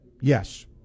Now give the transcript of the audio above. Yes